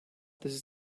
this